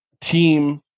team